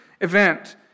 event